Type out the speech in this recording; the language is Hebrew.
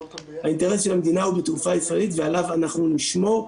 האינטרס של המדינה הוא בתעופה הישראלית ועליו אנחנו נשמור.